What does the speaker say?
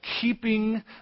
keeping